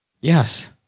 Yes